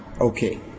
Okay